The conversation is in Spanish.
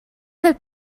del